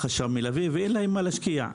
חשב מלווה ואין להם מה להשקיע.